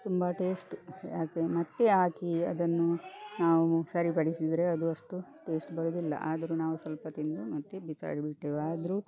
ತುಂಬ ಟೇಸ್ಟ್ ಆಗ್ತದೆ ಮತ್ತು ಹಾಕಿ ಅದನ್ನು ನಾವು ಸರಿಪಡಿಸಿದರೆ ಅದು ಅಷ್ಟು ಟೇಸ್ಟ್ ಬರೋದಿಲ್ಲ ಆದರೂ ನಾವು ಸ್ವಲ್ಪ ತಿಂದು ಮತ್ತು ಬಿಸಾಡಿ ಬಿಟ್ಟೆವು ಆದರೂ